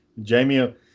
Jamie